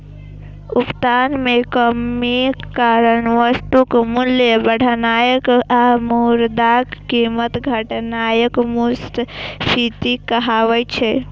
उत्पादन मे कमीक कारण वस्तुक मूल्य बढ़नाय आ मुद्राक कीमत घटनाय मुद्रास्फीति कहाबै छै